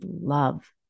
love